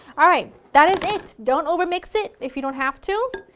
alright, that is it! don't over mix it, if you don't have to,